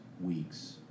weeks